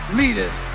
leaders